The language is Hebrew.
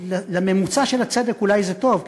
לממוצע של הצדק אולי זה טוב,